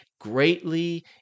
greatly